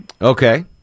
Okay